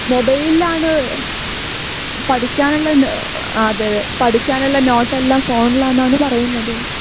മൊബൈലിലാണ് പഠിക്കാനുള്ള അതേ പഠിക്കാനുള്ള നോട്ടെല്ലാം ഫോണിലാണെന്നാണ് പറയുന്നത്